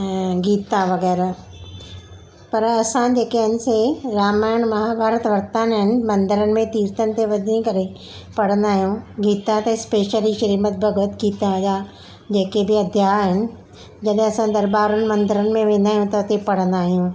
अं गीता वग़ैरह पर असां जेके आहिनि से रामायण महाभारत वरिता नाहिएनि मंदरनि में कीर्तन ते वञीं करे पढ़ंदा आहियूं गीता त स्पेशली श्रीमद भगवदगीता जा जेके बि अध्याय आहिनि जॾहिं असां दरबारनि मंदरनि में वेंदायूं त उते पढ़ंदायूं